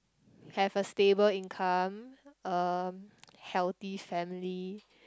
have a stable income uh healthy family